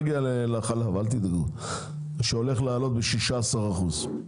נגיע לחלב, אל תדאגו, שהולך לעלות ב-16 אחוזים,